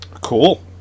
cool